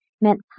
meant